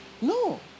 No